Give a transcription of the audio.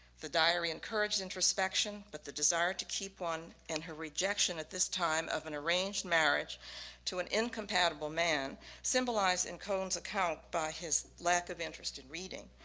the diary encouraged introspection, but the desire to keep one and her rejection at this time of an arranged marriage to an incompatible man symbolized in cohen's account by his lack of interest in reading,